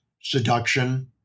seduction